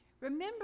Remember